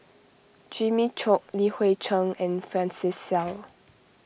Jimmy Chok Li Hui Cheng and Francis Seow